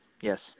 Yes